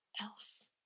else